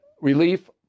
relief